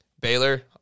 Baylor